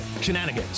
Shenanigans